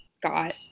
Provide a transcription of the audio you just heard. got